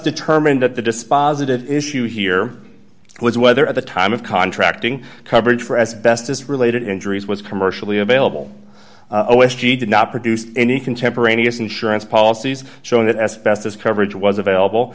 determined that the dispositive issue here was whether at the time of contracting coverage for as best as related injuries was commercially available did not produce any contemporaneous insurance policies showing that as best as coverage was available